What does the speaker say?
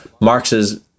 Marx's